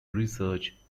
research